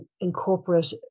incorporate